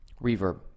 reverb